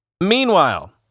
Meanwhile